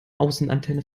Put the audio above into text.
außenantenne